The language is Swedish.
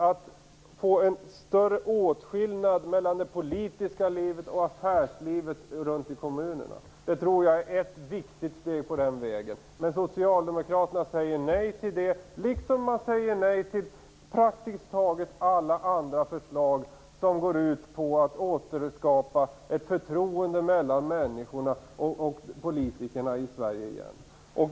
Att få en större åtskillnad mellan det politiska livet och affärslivet runt om i kommunerna tror jag är ett viktigt steg på den vägen. Men Socialdemokraterna säger nej till detta, liksom man säger nej till praktiskt taget alla andra förslag som går ut på att återskapa ett förtroende mellan människorna och politikerna i Sverige.